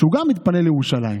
שגם הוא מתפנה לירושלים,